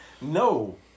No